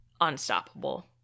unstoppable